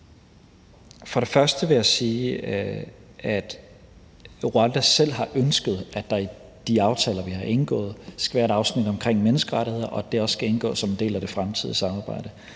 For det første vil jeg sige, at Rwanda selv har ønsket, at der i de aftaler, vi har indgået, skal være et afsnit omkring menneskerettigheder, og at det også skal indgå som en del af det fremtidige samarbejde.